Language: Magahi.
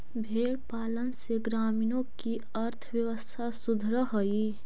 भेंड़ पालन से ग्रामीणों की अर्थव्यवस्था सुधरअ हई